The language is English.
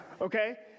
Okay